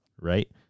Right